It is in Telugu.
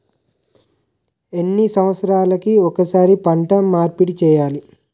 ఎన్ని సంవత్సరాలకి ఒక్కసారి పంట మార్పిడి చేయాలి?